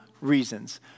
reasons